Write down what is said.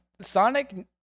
Sonic